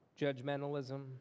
judgmentalism